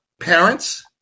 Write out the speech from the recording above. parents